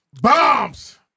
Bombs